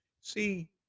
see